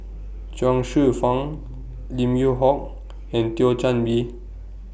Chuang Hsueh Fang Lim Yew Hock and Thio Chan Bee